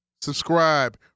subscribe